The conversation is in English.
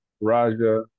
raja